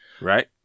right